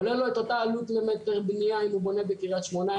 עולה לו את אותה עלות למטר בנייה אם הוא בונה בקריית שמונה,